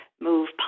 move